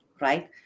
Right